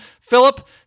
Philip